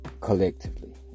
collectively